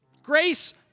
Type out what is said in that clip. Grace